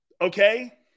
okay